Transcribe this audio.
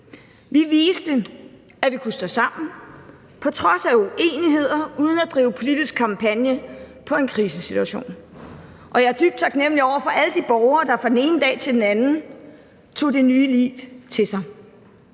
Vi viste, at vi kunne stå sammen på trods af uenigheder og uden at drive politisk kampagne på en krisesituation. Og jeg er dybt taknemlig over for alle de borgere, der fra den ene dag til den anden tog det nye liv til sig.